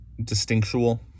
distinctual